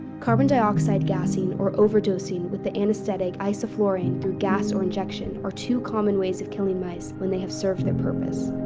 carbon dioxide gassing, or overdosing with the anaesthetic isoflurane through gas or injection, are two common ways of killing mice when they have served their purpose.